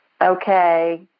Okay